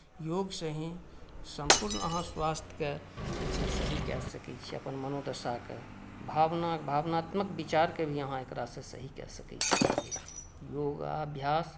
योग सेही सम्पूर्ण अहाँ स्वास्थ्यके जे छै सही कए सकै छियै अपन मनोदशाकेँ भावना भावनात्मक विचारके भी एकरासँ सही कए सकै छियै योगाभ्यास